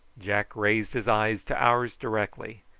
jack raised his eyes to ours directly,